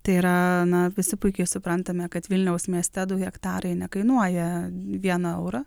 tai yra na visi puikiai suprantame kad vilniaus mieste du hektarai nekainuoja vieną eurą